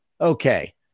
okay